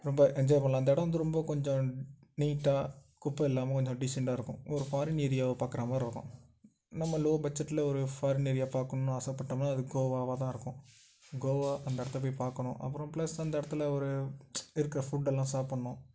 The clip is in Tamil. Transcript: ரொம்ப என்ஜாய் பண்ணலாம் அந்த இடம் வந்து ரொம்ப கொஞ்சம் நீட்டாக குப்பை இல்லாமல் கொஞ்சம் டீசண்டாக இருக்கும் ஒரு ஃபாரின் ஏரியாவை பார்க்கற மாதிரி இருக்கும் நம்ம லோ பட்ஜெட்ல ஒரு ஃபாரின் ஏரியா பார்க்கணுன்னு ஆசைப்பட்டோம்னால் அது கோவாவா தான் இருக்கும் கோவா அந்த இடத்தை போய் பார்க்கணும் அப்புறம் பிளஸ் அந்த இடத்தில் ஒரு இருக்கிற புட்டெல்லாம் சாப்புடணும்